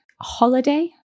holiday